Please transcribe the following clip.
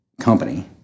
company